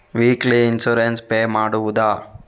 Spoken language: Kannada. ವೀಕ್ಲಿ ಇನ್ಸೂರೆನ್ಸ್ ಪೇ ಮಾಡುವುದ?